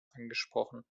angesprochen